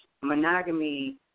monogamy